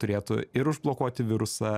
turėtų ir užblokuoti virusą